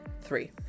three